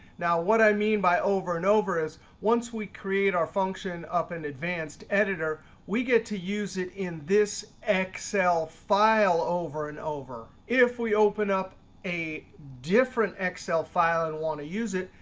now what i mean by over and over is once we create our function up in and advanced editor, we get to use it in this excel file over and over. if we open up a different excel file and want to use it,